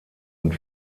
und